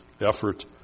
effort